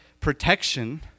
protection